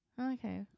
Okay